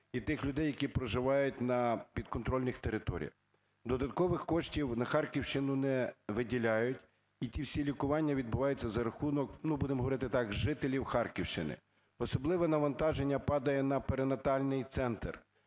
і тих людей, які проживають на підконтрольних територіях. Додаткових коштів на Харківщину не виділяють, і ті всі лікування відбуваються за рахунок, будемо говорити так, жителів Харківщини. Особливе навантаження падає на перинатальний центр,